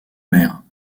maire